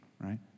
right